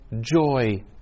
joy